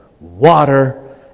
water